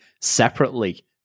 separately